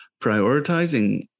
prioritizing